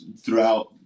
throughout